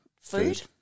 food